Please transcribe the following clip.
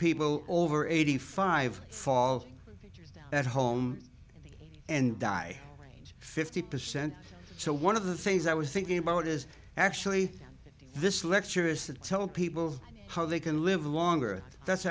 people over eighty five fall at home and die fifty percent so one of the things i was thinking about is actually this lecture is to tell people how they can live longer that's